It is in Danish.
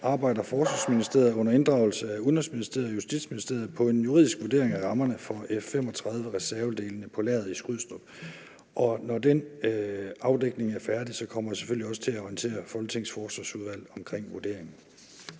arbejder Forsvarsministeriet under inddragelse af Udenrigsministeriet og Justitsministeriet på en juridisk vurdering af rammerne for F 35-reservedelene på lageret i Skrydstrup. Når den afdækning er færdig, kommer jeg selvfølgelig også til at orientere Folketingets Forsvarsudvalg omkring vurderingen.